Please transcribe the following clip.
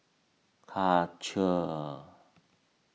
Karcher